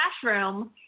classroom